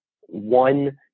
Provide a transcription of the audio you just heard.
one